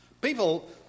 People